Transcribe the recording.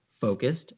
focused